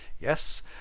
Yes